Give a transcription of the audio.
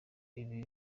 ibi